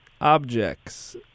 objects